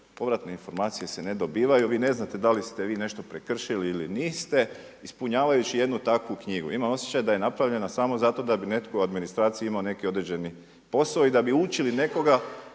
Povratne informacije se ne dobivaju. Vi ne znate da li ste vi nešto prekršili ili niste. Ispunjavajući jednu takvu knjigu imam osjećaj da je napravljena samo zato da bi netko u administraciji imao neki određeni posao i da bi učili nekoga